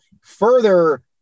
further